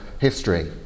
history